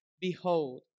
Behold